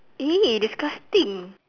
!ee! disgusting